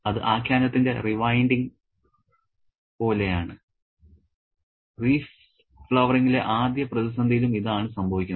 അത് ആഖ്യാനത്തിന്റെ റിവൈൻഡിംഗ് പോലെയാണ് റീഫ്ലവറിങ്ങിലെ ആദ്യ പ്രതിസന്ധിയിലും ഇതാണ് സംഭവിക്കുന്നത്